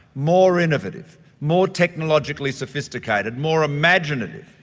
more innovative, more technologically sophisticated, more imaginative.